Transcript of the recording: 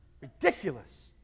Ridiculous